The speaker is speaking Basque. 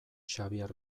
xabier